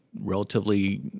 relatively